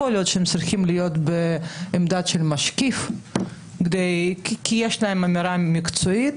יכול להיות שהיא צריכה להיות בעמדת משקיף כי יש להם אמירה מקצועית.